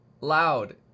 loud